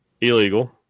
illegal